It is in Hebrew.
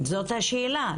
זאת השאלה,